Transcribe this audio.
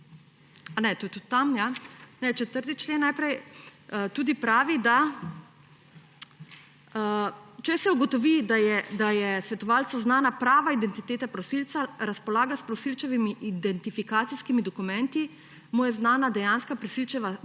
Predlog zakona v 4. členu tudi pravi, da če se ugotovi, da je svetovalcu znana prava identiteta prosilca, razpolaga s prosilčevimi identifikacijskimi dokumenti, mu je znana dejanska prosilčeva